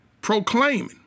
proclaiming